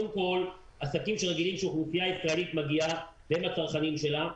עסקים שרגילים שאוכלוסייה ישראלית מגיעה אליהם והם הצרכנים שלה,